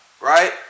right